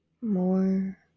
more